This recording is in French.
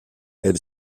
elle